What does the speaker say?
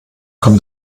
kommt